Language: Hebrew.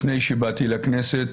לפני שבאתי לכנסת,